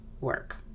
work